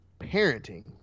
parenting